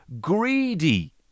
Greedy